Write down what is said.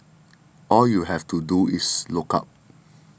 all you have to do is look up